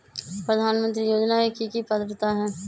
प्रधानमंत्री योजना के की की पात्रता है?